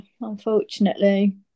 Unfortunately